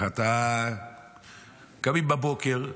קמים בבוקר,